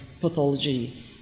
pathology